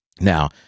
Now